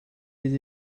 did